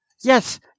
Yes